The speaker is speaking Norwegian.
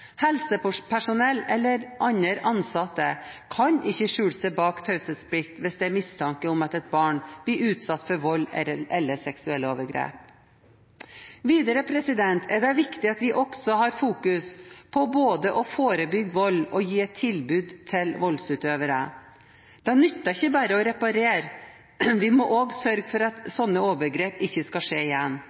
eller andre ansatte kan ikke skjule seg bak taushetsplikt hvis det er mistanke om at et barn blir utsatt for vold eller seksuelle overgrep. Videre er det viktig at vi også har fokus på både å forebygge vold og å gi et tilbud til voldsutøvere. Det nytter ikke bare å reparere, vi må også sørge for at slike overgrep ikke skal skje igjen,